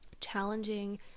challenging